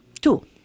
two